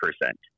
percent